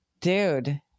dude